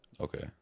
Okay